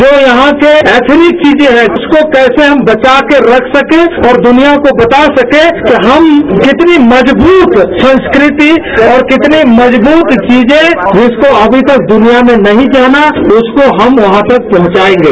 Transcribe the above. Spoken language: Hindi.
जो यहां की एथनिक चीजें हैं उसको कैसे हम बचाकर रख सके और दुनियां को बता सके कि हम कितनीं मजबूत संस्कृति और कितनी मजबूत चीजें जिसको अभी तक दुनियां ने नहीं जाना उसको हम वहां तक पहुंचाएगें